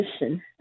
listen